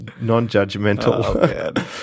Non-judgmental